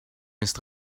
ist